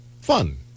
fun